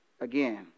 again